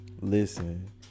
listen